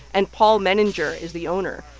and paul menninger is the owner.